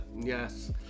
Yes